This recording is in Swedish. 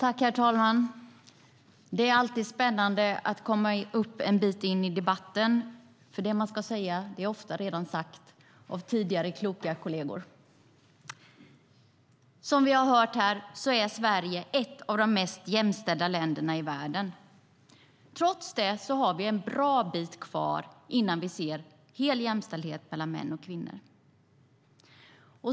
Herr talman! Det är alltid spännande att gå upp i talarstolen en bit in i debatten, för det man ska säga har ofta redan sagts av kloka kolleger. Som vi har hört är Sverige ett av de mest jämställda länderna i världen. Trots det har vi en bra bit kvar innan vi ser hel jämställdhet mellan män och kvinnor.